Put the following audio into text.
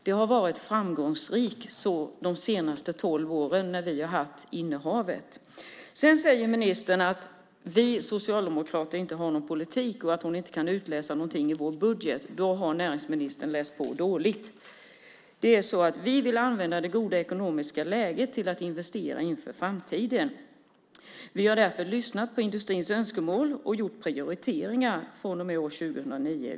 Det var framgångsrikt under de senaste tolv åren när vi hade regeringsinnehavet. Näringsministern säger att vi socialdemokrater inte har någon politik och att hon inte kan utläsa någonting i vår budget. Då har hon läst på dåligt. Vi vill använda det goda ekonomiska läget till att investera inför framtiden. Därför har vi lyssnat på industrins önskemål och gjort prioriteringar från och med 2009.